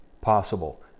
possible